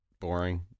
boring